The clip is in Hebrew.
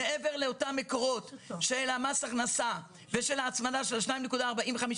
מעבר לאותם מקורות של מס הכנסה ושל ההצמדה של 2.45%